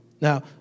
Now